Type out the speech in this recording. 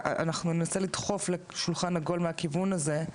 אנחנו ננסה לדחוף לשולחן עגול מהכיוון הזה,